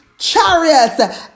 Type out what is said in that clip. Chariot